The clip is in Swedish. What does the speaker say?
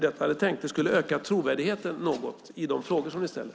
Det skulle öka trovärdigheten något i de frågor ni ställer.